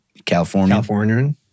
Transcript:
California